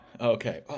Okay